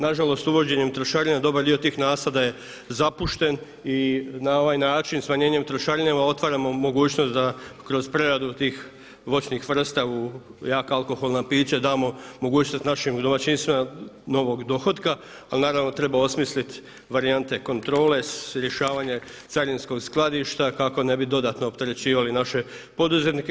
Nažalost uvođenjem trošarina dobar dio tih nasada je zapušten i na ovaj način smanjenjem trošarina otvaramo mogućnost da kroz preradu tih voćnih vrsta u jaka alkoholna pića i damo mogućnost naših domaćinstvima novog dohotka, ali naravno treba osmislit varijante kontrole, rješavanje carinskog skladišta kako ne bi dodatno opterećivali naše poduzetnike.